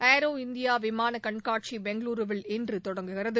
aero India விமான கண்காட்சி பெங்களுருவில் இன்று தொடங்குகிறது